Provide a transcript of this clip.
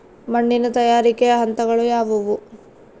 ಮಣ್ಣಿನ ತಯಾರಿಕೆಯ ಹಂತಗಳು ಯಾವುವು?